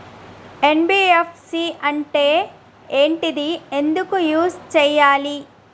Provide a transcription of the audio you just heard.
NBFC అంటే ఏంటిది ఎందుకు యూజ్ చేయాలి?